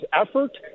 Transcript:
effort